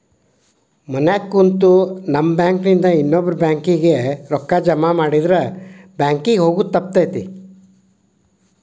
ಮನ್ಯಾಗ ಕುಂತು ನಮ್ ಬ್ಯಾಂಕ್ ನಿಂದಾ ಇನ್ನೊಬ್ಬ್ರ ಬ್ಯಾಂಕ್ ಕಿಗೆ ರೂಕ್ಕಾ ಜಮಾಮಾಡಿದ್ರ ಬ್ಯಾಂಕ್ ಕಿಗೆ ಹೊಗೊದ್ ತಪ್ತೆತಿ